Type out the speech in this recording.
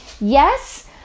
yes